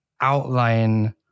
outline